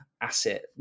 asset